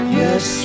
yes